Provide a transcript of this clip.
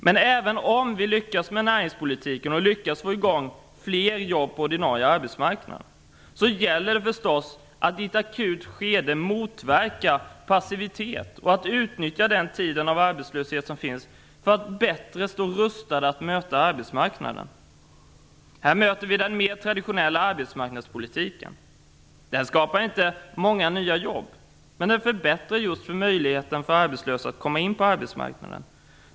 Men även om vi lyckas med näringspolitiken och lyckas få i gång fler jobb på den ordinarie arbetsmarknaden, gäller det förstås att i ett akut skede motverka passivitet. Det gäller att utnyttja tiden av arbetslöshet för att bättre stå rustad att möta arbetsmarknaden. Här möter vi den mer traditionella arbetsmarknadspolitiken. Den skapar inte många nya jobb, men den förbättrar just möjligheten för arbetslösa att komma in på arbetsmarknaden.